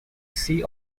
sea